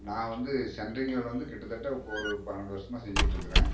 நான் வந்து சென்ட்ரிங் வேலை வந்து கிட்டத்தட்ட இப்போ ஒரு பன்னெண்டு வருஷமா செஞ்சுட்டு இருக்கிறேன்